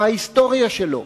מה ההיסטוריה שלו,